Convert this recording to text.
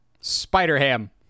Spider-Ham